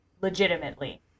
legitimately